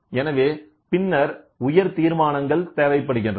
எனவே பின்னர் உயர் தீர்மானங்கள் தேவைப்படுகின்றன